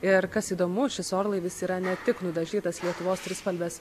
ir kas įdomu šis orlaivis yra ne tik nudažytas lietuvos trispalvės